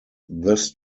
this